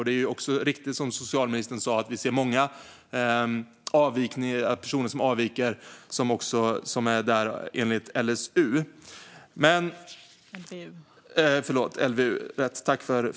Det är också riktigt, som socialministern sa, att vi även ser många personer som vårdas enligt LVU som avviker.